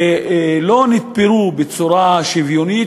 והם לא נתפרו בצורה שוויונית,